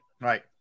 Right